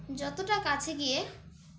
যতটা কাছে গিয়ে